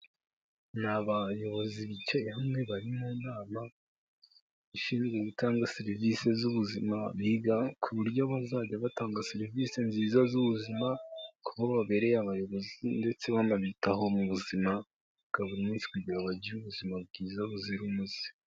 Ni abayobozi bicaye hamwe bari mu nama ishinzwe gutanga serivisi z'ubuzima biga ku buryo bazajya batanga serivisi nziza z'ubuzima, kubo babereye abayobozi ndetse banabitaho mu buzima bwa buri munsi kugira bagire ubuzima bwiza buzira umuze.